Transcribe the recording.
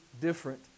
different